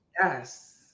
yes